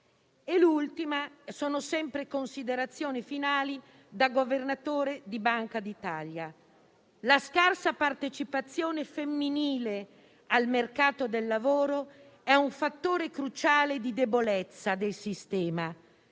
è contenuta nelle Considerazioni finali da Governatore della Banca d'Italia: «La scarsa partecipazione femminile al mercato del lavoro è un fattore cruciale di debolezza del sistema».